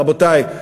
רבותי,